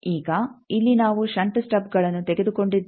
ಈಗ ಇಲ್ಲಿ ನಾವು ಷಂಟ್ ಸ್ಟಬ್ಗಳನ್ನು ತೆಗೆದುಕೊಂಡಿದ್ದೇವೆ